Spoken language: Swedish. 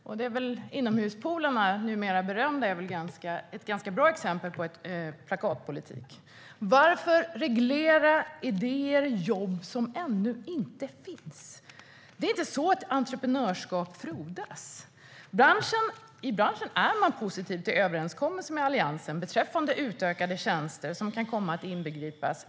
De numera berömda inomhuspoolerna är väl ett ganska bra exempel på plakatpolitik. Varför reglera idéer och jobb som ännu inte finns? Det är inte så man får entreprenörskap att frodas. I branschen är man positiv till överenskommelsen med Alliansen beträffande utökade tjänster som kan komma att inbegripas.